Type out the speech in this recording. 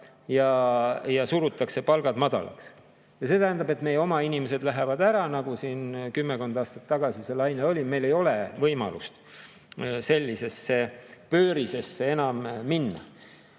ja surutakse palgad madalaks. See tähendab, et meie oma inimesed lähevad ära, nagu siin kümmekond aastat tagasi see laine oli. Meil ei ole võimalust sellisesse pöörisesse enam minna.